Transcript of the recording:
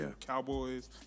Cowboys